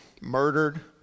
murdered